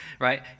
right